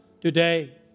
today